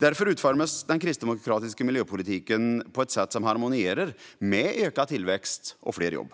Därför utformas den kristdemokratiska miljöpolitiken på ett sätt som harmonierar med ökad tillväxt och fler jobb.